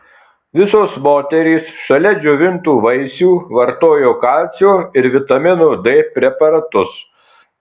visos moterys šalia džiovintų vaisių vartojo kalcio ir vitamino d preparatus